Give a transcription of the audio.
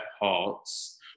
hearts